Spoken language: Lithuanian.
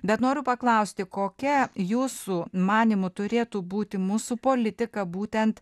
bet noriu paklausti kokia jūsų manymu turėtų būti mūsų politika būtent